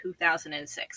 2006